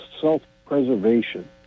self-preservation